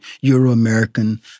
Euro-American